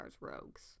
rogues